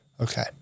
Okay